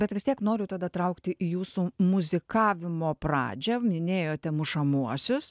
bet vis tiek noriu tada traukti į jūsų muzikavimo pradžią minėjote mušamuosius